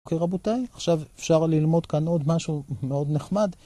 אוקיי רבותיי, עכשיו אפשר ללמוד כאן עוד משהו מאוד נחמד.